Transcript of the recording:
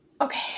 Okay